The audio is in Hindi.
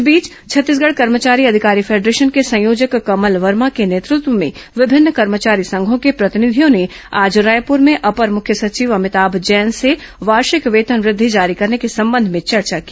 इस बीच छत्तीसगढ कर्मचारी अधिकारी फेडरेशन के संयोजक कमल वर्मा के नेतत्व में विभिन्न कर्मचारी संघों के प्रतिनिधियों ने आज रायपूर में अपर मुख्य सचिव अमिताम जैन से वार्षिक वेतन वृद्धि जारी करने को संबंध में चर्चा की